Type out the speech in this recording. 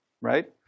right